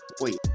Wait